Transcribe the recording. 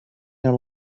year